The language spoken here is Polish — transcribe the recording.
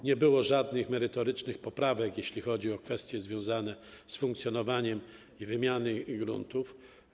Nie było żadnych merytorycznych poprawek, jeśli chodzi o kwestie związane z funkcjonowaniem, z wymianą gruntów.